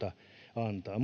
antaa